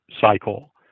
cycle